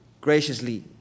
graciously